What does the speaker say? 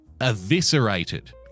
Eviscerated